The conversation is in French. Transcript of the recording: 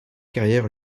carrière